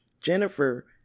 Jennifer